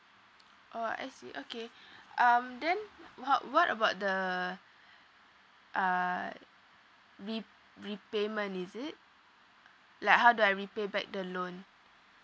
oh I see okay um then what what about the uh re repayment is it like how do I repay back the loan